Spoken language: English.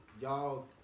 y'all